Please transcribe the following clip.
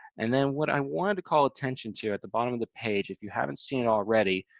and then, what i wanted to call attention to, at the bottom of the page if you haven't seen it already,